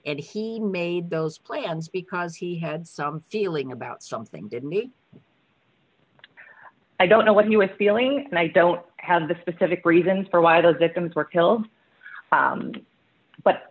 and he made those plans because he had some feeling about something it needs i don't know what he was feeling and i don't have the specific reasons for why those victims were killed